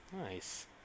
Nice